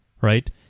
right